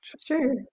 Sure